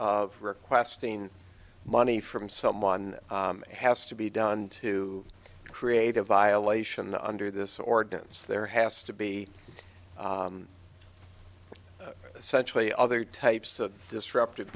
of requesting money from someone has to be done to create a violation under this ordinance there has to be such way other types of disruptive